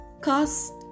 Cost